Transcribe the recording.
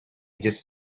just